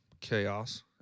chaos